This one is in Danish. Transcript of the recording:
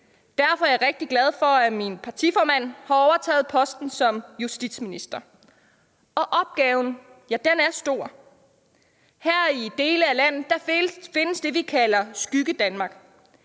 Derfor er jeg rigtig glad for, at min partiformand har overtaget posten som justitsminister. Kl. 17:55 Opgaven er stor. I dele af landet findes det, vi kalder Skyggedanmark.